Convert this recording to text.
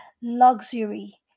luxury